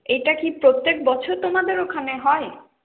এটা কি প্রত্যেক বছর তোমাদের ওখানে হয়